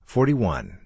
Forty-one